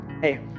hey